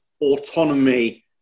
autonomy